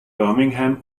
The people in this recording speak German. birmingham